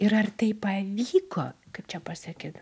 ir ar tai pavyko kaip čia pasakyt